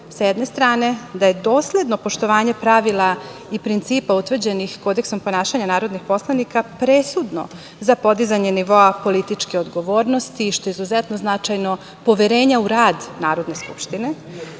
s jedne strane, da je dosledno poštovanje pravila i principa utvrđenih Kodeksom ponašanja narodnih poslanika presudno za podizanje nivoa političke odgovornosti, što je izuzetno značajno, poverenja u rad Narodne skupštine,